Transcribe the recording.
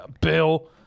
Bill